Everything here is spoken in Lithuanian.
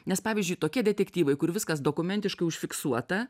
nes pavyzdžiui tokie detektyvai kur viskas dokumentiškai užfiksuota